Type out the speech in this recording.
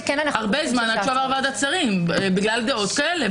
זמן עד שהוא עבר ועדת שרים בגלל דעות כאלה,